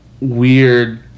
weird